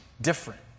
different